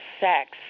sex